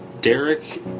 Derek